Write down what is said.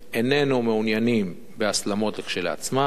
איננו מעוניינים בהסלמות כשלעצמן,